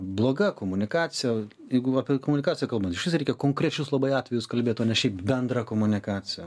bloga komunikacija jeigu apie komunikaciją kalbant išvis reikia konkrečius labai atvejus kalbėt o ne šiaip bendrą komunikaciją